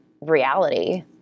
reality